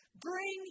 Bring